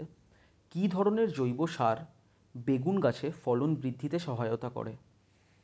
কি ধরনের জৈব সার বেগুন গাছে ফলন বৃদ্ধিতে সহায়তা করে?